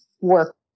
work